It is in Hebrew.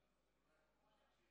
הכנסת)